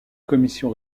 commission